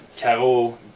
Caro